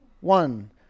One